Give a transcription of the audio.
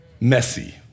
messy